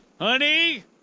Honey